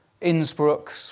Innsbruck